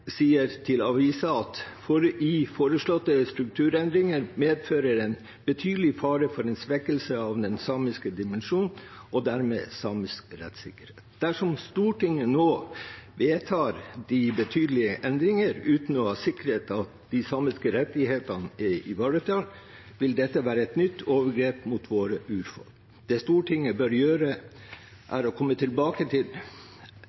sier til avisen at de foreslåtte strukturendringene medfører en betydelig fare for en svekkelse av den samiske dimensjon og dermed samisk rettssikkerhet. Dersom Stortinget nå vedtar de betydelige endringene uten å ha sikret at de samiske rettighetene ivaretas, vil dette være et nytt overgrep mot våre urfolk. Det Stortinget bør gjøre,